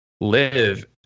live